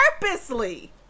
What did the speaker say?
purposely